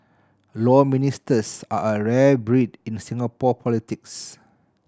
Law Ministers are a rare breed in Singapore politics